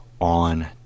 on